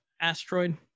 asteroid